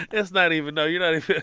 that's not even no. you're not even.